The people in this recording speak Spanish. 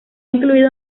incluido